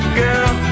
girl